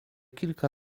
kilka